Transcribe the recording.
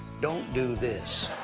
don't do this.